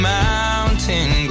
mountain